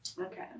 Okay